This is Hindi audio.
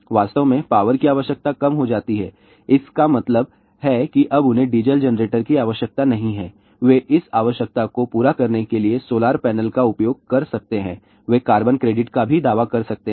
वास्तव में पावर की आवश्यकता कम हो जाती है इसका मतलब है कि अब उन्हें डीजल जनरेटर की आवश्यकता नहीं है वे इस आवश्यकता को पूरा करने के लिए सोलर पैनल का उपयोग कर सकते हैं वे कार्बन क्रेडिट का भी दावा कर सकते हैं